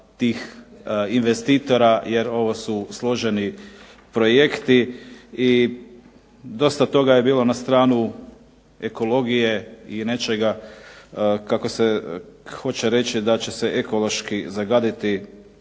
investitora jer ovo su složeni projekti i dosta toga je bilo na stranu ekologije i nečega kako se hoće reći da će se ekološki zagaditi.